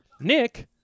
Nick